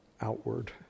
outward